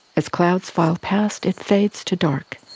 as clouds file past, it fades to dark.